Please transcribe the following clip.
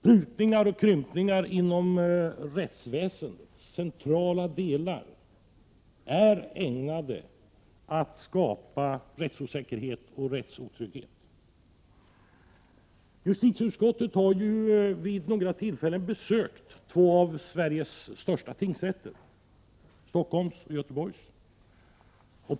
Prutningar och krympningar inom rättsväsendets centrala delar är ägnade att skapa rättsosäkerhet och rättsotrygghet. Justitieutskottet har vid några tillfällen besökt två av Sveriges största tingsrätter, tingsrätten i Stockholm och tingsrätten i Göteborg.